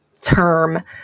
term